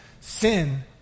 sin